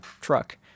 truck